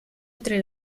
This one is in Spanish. entre